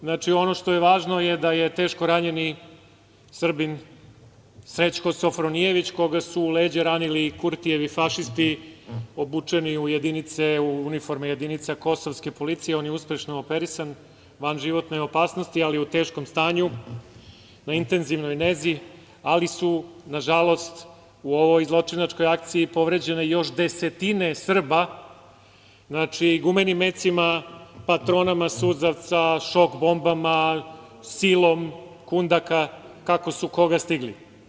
Znači, ono što je važno je da je teško ranjeni Srbin Srećko Sofronijević, koga su u leđa ranili Kurtijevi fašisti, obučeni u uniforme jedinice kosovske policije, uspešno operisan, van životne opasnosti je, ali u teškom stanju, na intenzivnoj nezi, ali su, nažalost, u ovoj zločinačkoj akciji povređene još desetine Srba, znači, gumenim mecima, patronama suzavca, šok bombama, silom kundaka, kako su koga stigli.